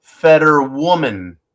Fetterwoman